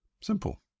Simple